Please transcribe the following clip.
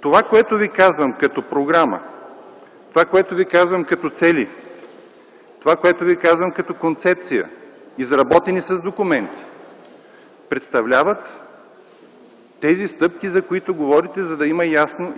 Това, което ви казвам като програма, това, което ви казвам като цели, това, което ви казвам като концепция, изработени с документи, представляват тези стъпки, за които говорите, за да има